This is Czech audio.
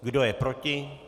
Kdo je proti?